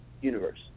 universe